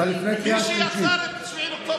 אני קורא אותך לסדר בקריאה השנייה.